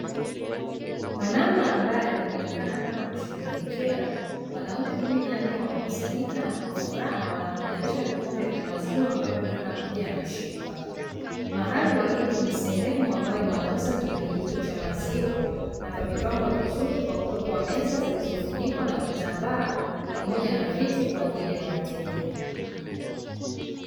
Kwa namna ambayo inaonekana kama kusherehekea, wanaume kumi na nne wamekusanyika na kwa furaha wanagonganisha vikombe vya maziwa ambavyo kila mmoja ameshika. Mahali walipo ni sehemu ambayo wanauza kinywaji, hiki cha maziwa na pamepangwa vizuri kwa kuwekwa meza zilizofunikwa na vitambaa, pamoja na viti kwa ajili ya wateja.